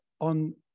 on